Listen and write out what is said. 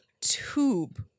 tube